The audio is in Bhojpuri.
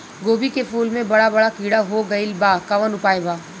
गोभी के फूल मे बड़ा बड़ा कीड़ा हो गइलबा कवन उपाय बा?